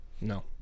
No